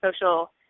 social